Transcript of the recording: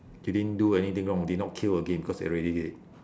you didn't do anything wrong did not kill again cause they already dead